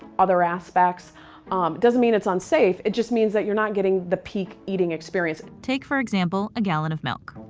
other aspects. it um doesn't mean it's unsafe. it just means that you're not getting the peak eating experience. take for example a gallon of milk.